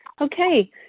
Okay